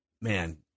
man